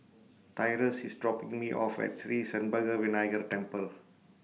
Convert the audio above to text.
Tyrus IS dropping Me off At Sri Senpaga Vinayagar Temple